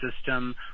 system